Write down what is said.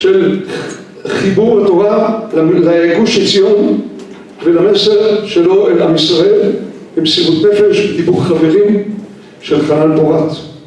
‫של חיבור התורה לרגוש הציון ‫ולמסר שלו אל עם ישראל ‫עם סימות מפש, היפוך חברים ‫של חנן פורץ.